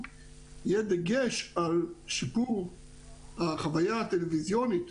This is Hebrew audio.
יהיה דגש על שיפור החוויה הטלוויזיונית